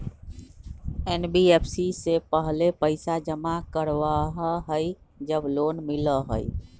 NBFC पहले पईसा जमा करवहई जब लोन मिलहई?